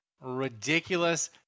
ridiculous